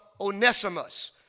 Onesimus